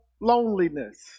loneliness